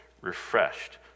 refreshed